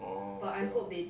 orh ya lor